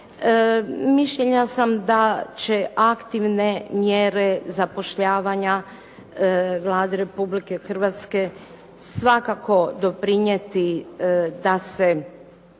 Mišljenja sam da će aktivne mjere zapošljavanja Vlade Republike Hrvatske svakako doprinijeti da se